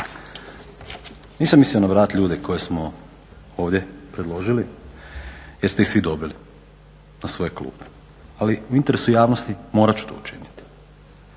Nisam mislio nabrajati ljude koje smo ovdje predložili jer ste ih svi dobili na svoje klupe ali u interesu javnosti morat ću to učiniti.